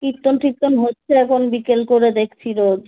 কীর্তন টীর্তন হচ্ছে এখন বিকেল করে দেখছি রোজ